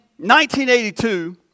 1982